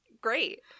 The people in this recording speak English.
Great